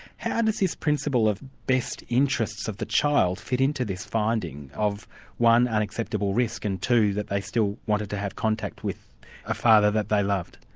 how does this principle of best interests of the child fit in to this finding of one unacceptable risk and two that they still wanted to have contact with a father that they loved?